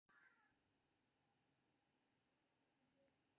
नीति आयोग केर सिफारिश पर अलग सं रेल बजट पेश करै के परंपरा कें खत्म कैल गेलै